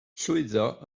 llwyddo